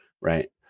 Right